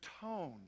tone